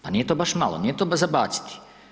Pa nije to baš malo, nije to za baciti.